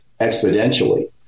exponentially